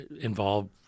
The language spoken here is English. involved